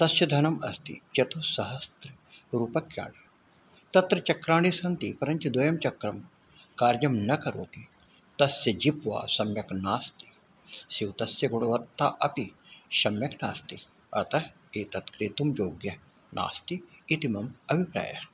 तस्य धनम् अस्ति चतुस्सहस्ररूप्यकाणि तत्र चक्राणि सन्ति परञ्च द्वयं चक्रं कार्यं न करोति तस्य जिप् वा सम्यक् नास्ति स्यूतस्य गुणवत्ता अपि सम्यक् नास्ति अतः एतत् क्रेतुं योग्यं नास्ति इति मम अभिप्रायः